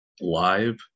live